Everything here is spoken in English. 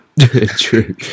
True